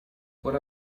what